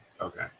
Okay